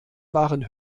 waren